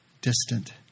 distant